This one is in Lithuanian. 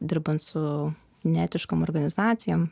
dirbant su neetiškom organizacijom